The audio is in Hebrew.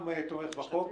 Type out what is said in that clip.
לא מבינה אפילו את הסכנה.